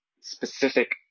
specific